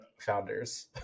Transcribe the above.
founders